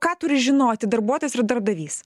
ką turi žinoti darbuotojas ir darbdavys